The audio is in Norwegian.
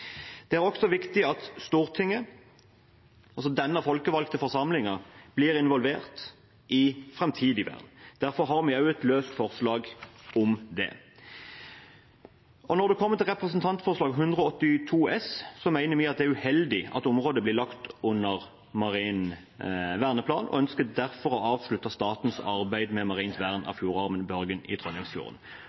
Det er også viktig at Stortinget, denne folkevalgte forsamlingen, blir involvert i framtidig vern. Derfor har vi et løst forslag om det. Når det kommer til Representantforslag 182 S, mener vi at det er uheldig at området blir lagt under marin verneplan, og vi ønsker derfor å avslutte statens arbeid med marint vern av fjordarmen Børgin i